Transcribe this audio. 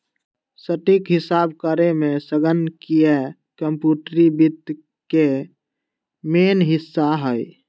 सटीक हिसाब करेमे संगणकीय कंप्यूटरी वित्त के मेन हिस्सा हइ